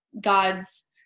God's